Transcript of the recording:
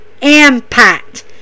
impact